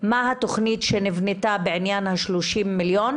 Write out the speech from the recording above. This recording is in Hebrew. מה התוכנית שנבנתה בעניין ה-30 מיליון.